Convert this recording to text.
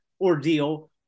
ordeal